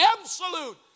absolute